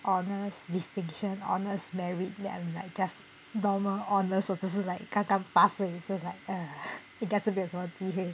honours distinction honours merit then I'm like just normal honours 我只是 like 刚刚 pass 而已 so I'm like err 应该是没有什么机会